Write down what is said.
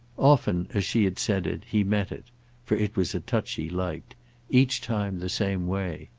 often as she had said it he met it for it was a touch he liked each time the same way.